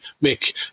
make